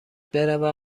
بروم